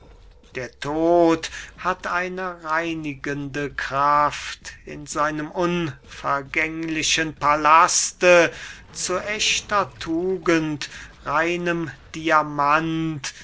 der tod hat eine reinigende kraft in seinem unvergänglichen palaste zu echter tugend reinem